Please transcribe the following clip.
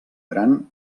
gran